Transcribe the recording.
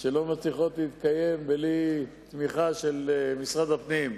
שלא מצליחות להתקיים בלי תמיכה של משרד הפנים.